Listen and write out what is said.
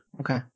Okay